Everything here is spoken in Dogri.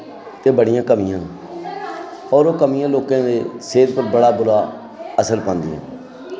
ते बड़ियां कमियां न होर एह् कमियां लोकें दी सेह्त उप्पर बड़ा बुरा असर पांदियां न